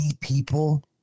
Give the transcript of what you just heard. people